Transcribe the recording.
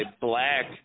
Black